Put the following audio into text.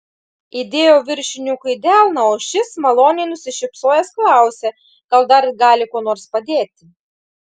įdėjau viršininkui į delną o šis maloniai nusišypsojęs klausė gal dar gali kuo nors padėti